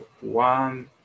one